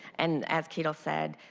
and as kato said,